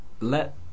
let